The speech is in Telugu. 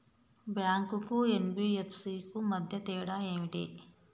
బ్యాంక్ కు ఎన్.బి.ఎఫ్.సి కు మధ్య తేడా ఏమిటి?